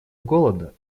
голода